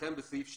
בסעיף 2,